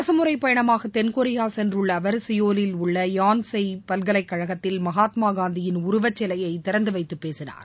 அரசுமுறைப்பயணமாக தென்கொரியா சென்றுள்ள அவர் சியோலில் உள்ள யான்செய் பல்கலைக்கழகத்தில் மகாத்மா காந்தியின் உருவச்சிலையை திறந்துவைத்து பேசினார்